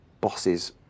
bosses